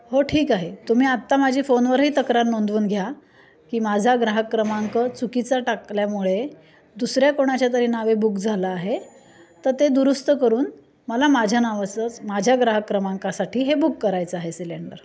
हो ठीक आहे तुम्ही आत्ता माझी फोनवरही तक्रार नोंदवून घ्या की माझा ग्राहक क्रमांक चुकीचा टाकल्यामुळे दुसऱ्या कोणाच्या तरी नावे बुक झालं आहे तर ते दुरुस्त करून मला माझ्या नाव संच माझ्या ग्राहक क्रमांकासाठी हे बुक करायचं आहे सिलेंडर